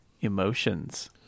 emotions